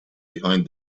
behind